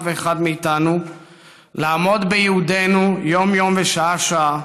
ואחד מאיתנו לעמוד בייעודנו יום-יום ושעה-שעה,